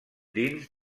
dins